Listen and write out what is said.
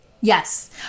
Yes